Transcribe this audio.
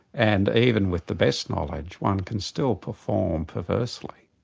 and even with the best knowledge, one can still perform perversely.